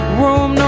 room